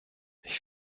ich